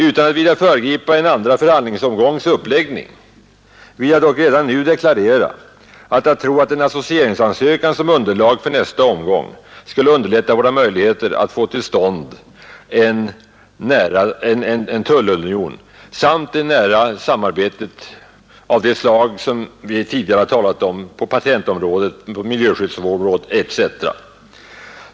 Utan att vilja föregripa en andra förhandlingsomgångs uppläggning vill jag dock redan nu deklarera, att jag tror att en associeringsansökan som underlag för nästa omgång skulle underlätta våra möjligheter att få till stånd en tullunion samt ett nära samarbete av det slag som vi tidigare talat om på patentområdet, på miljöskyddsområdet etc.